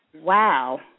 Wow